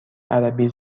عربی